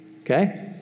Okay